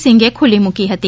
સિંઘે ખુલ્લી મુકી હતી